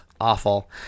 awful